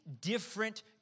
different